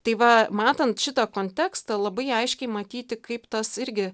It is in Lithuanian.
tai va matant šitą kontekstą labai aiškiai matyti kaip tas irgi